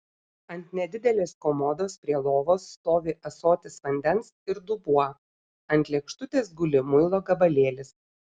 ant nedidelės komodos prie lovos stovi ąsotis vandens ir dubuo ant lėkštutės guli muilo gabalėlis